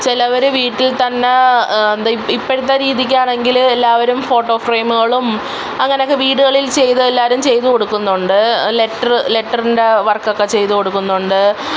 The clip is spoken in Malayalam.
ചിലവർ വീട്ടിൽ തന്നെ എന്താ ഇപ്പോഴെ രീതിക്കാണെങ്കിൽ എല്ലാവരും ഫോട്ടോ ഫ്രെയിമുകളും അങ്ങനെയൊക്കെ വീടുകളിൽ ചെയ്തെല്ലാവരും ചെയ്തു കൊടുക്കുന്നുണ്ട് ലെറ്ററ് ലെറ്ററിൻ്റെ വർക്കൊക്കെ ചെയ്തു കൊടുക്കുന്നുണ്ട്